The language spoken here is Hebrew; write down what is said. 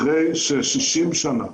אחרי ש-60 שנה,